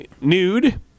nude